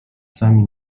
sami